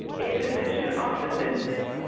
in physician offices,